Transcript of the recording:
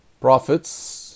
Prophets